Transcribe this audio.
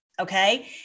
okay